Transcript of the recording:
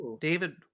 david